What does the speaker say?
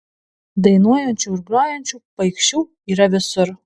dainuojančių ir grojančių paikšių yra visur